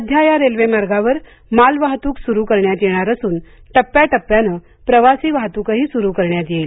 सध्या या रेल्वेमार्गावर माल वाहतूक सुरु करण्यात येणार असून टप्प्या टप्प्याने प्रवासी वाहतूकही सुरु करण्यात येईल